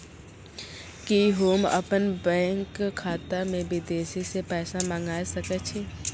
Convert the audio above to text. कि होम अपन बैंक खाता मे विदेश से पैसा मंगाय सकै छी?